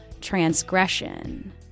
transgression